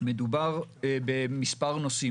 מדובר במספר נושאים.